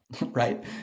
Right